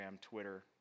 Twitter